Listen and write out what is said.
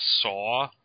saw